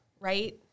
right